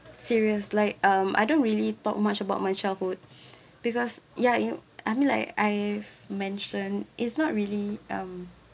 serious like um I don't really talk much about my childhood because ya you know I mean like I've mentioned it's not really um